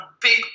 big